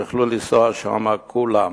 שיוכלו לנסוע שם כולם.